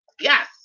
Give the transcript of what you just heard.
Yes